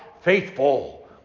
Faithful